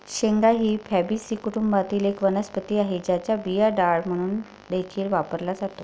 शेंगा ही फॅबीसी कुटुंबातील एक वनस्पती आहे, ज्याचा बिया डाळ म्हणून देखील वापरला जातो